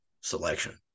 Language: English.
selection